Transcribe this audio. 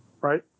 right